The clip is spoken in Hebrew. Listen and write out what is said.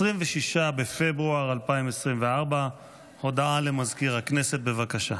26 בפברואר 2024. הודעה למזכיר הכנסת, בבקשה.